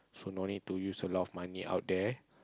so no need to use a lot of money out there